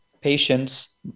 patients